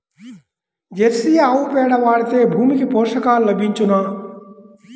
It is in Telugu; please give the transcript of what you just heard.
జెర్సీ ఆవు పేడ వాడితే భూమికి పోషకాలు లభించునా?